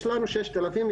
יש לנו ששת אלפים,